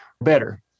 better